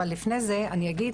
אבל לפני זה אני אגיד